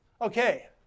okay